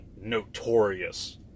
notorious